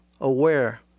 aware